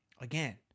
again